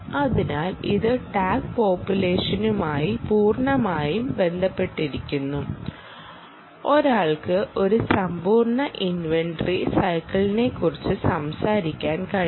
അതിനാൽ ഇത് ടാഗ് പോപ്പുലേഷനുമായി പൂർണ്ണമായും ബന്ധപ്പെട്ടിരിക്കുന്നു ഒരാൾക്ക് ഒരു സമ്പൂർണ്ണ ഇൻവെന്ററി സൈക്കിളിനെക്കുറിച്ച് സംസാരിക്കാൻ കഴിയും